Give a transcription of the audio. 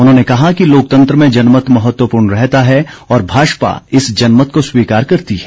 उन्होंने कहा कि लोकतंत्र में जनमत महत्वपूर्ण रहता है और भाजपा इस जनमत को स्वीकार करती है